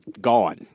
Gone